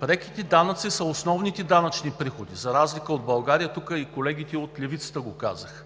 преките данъци са основните данъчни приходи, за разлика от България. Тук и колегите от Левицата го казаха.